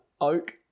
Oak